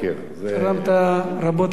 זה, תרמת רבות לדיון.